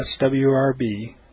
swrb